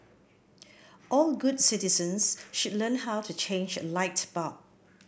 all good citizens should learn how to change a light bulb